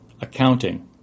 Accounting